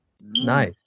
Nice